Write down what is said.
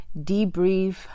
debrief